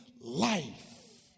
life